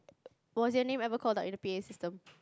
was your name ever called up in the P_A system